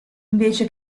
invece